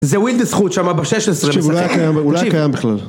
זה ווילדע זכות שמה ב-16. תקשיב, הוא לא היה קיים בכלל.